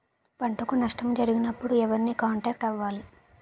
పంటకు నష్టం జరిగినప్పుడు ఎవరిని కాంటాక్ట్ అవ్వాలి?